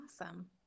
Awesome